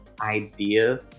idea